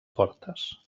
portes